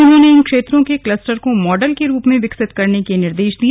उन्होंने इन क्षेत्रों के क्लस्टर को मॉडल के रूप में विकसित करने के निर्देश दिए